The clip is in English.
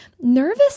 nervous